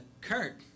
Kurt